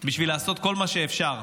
בשביל לעשות כל מה שאפשר,